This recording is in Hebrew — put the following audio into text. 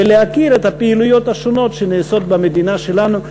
ולהכיר את הפעילויות השונות שנעשות במדינה שלנו.